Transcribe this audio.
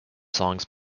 songs